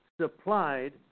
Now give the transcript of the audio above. supplied